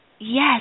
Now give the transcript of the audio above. Yes